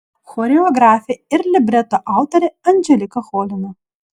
choreografė ir libreto autorė anželika cholina